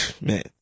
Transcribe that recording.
Man